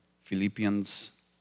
Philippians